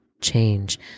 change